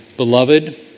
Beloved